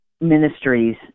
ministries